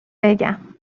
بگم